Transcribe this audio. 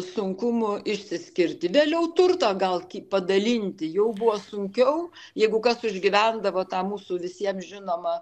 sunkumų išsiskirti vėliau turtą gal padalinti jau buvo sunkiau jeigu kas užgyvendavo tą mūsų visiems žinomą